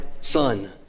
son